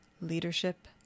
leadership